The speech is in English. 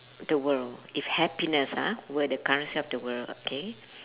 the world if happiness ah were the currency of the world okay